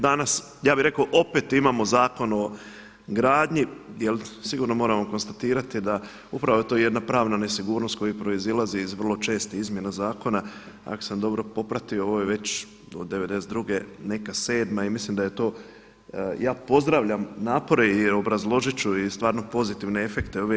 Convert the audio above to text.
Danas ja bi rekao opet imamo Zakon o gradnji jel sigurno moramo konstatirati da upravo ta jedna pravna nesigurnost koja proizilazi iz vrlo čestih izmjena zakona, ako sam dobro popratio ovo je već od '92. neka sedma i mislim da je to, ja pozdravljam napore i obrazložit ću i stvarno pozitivne efekte ove